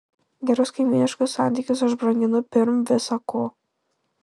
gerus kaimyniškus santykius aš branginu pirm visa ko